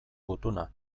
gutuna